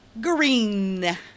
green